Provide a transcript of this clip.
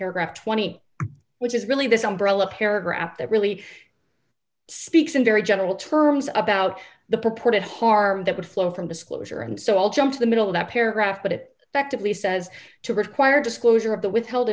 paragraph twenty which is really this umbrella paragraph that really speaks in very general terms about the purported harm that would flow from disclosure and so i'll jump to the middle of that paragraph but it affectively says to require disclosure of the withheld